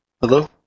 Hello